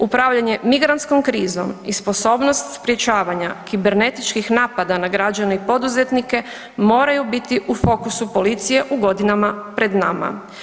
Upravljanje migrantskom krizom i sposobnost sprječavanje kibernetičkih napada na građane i poduzetnike moraju biti u fokusu policije u godinama pred nama.